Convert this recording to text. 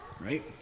right